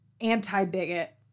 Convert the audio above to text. anti-bigot